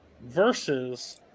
versus